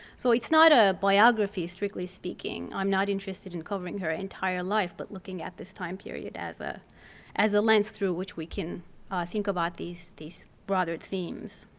so it's not a biography strictly speaking. i'm not interested in covering her entire life, but looking at this time period as ah as a lens through which we can think about these these broader themes.